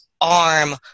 arm